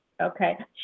Okay